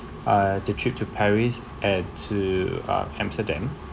uh the trip to paris and to um amsterdam